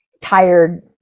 tired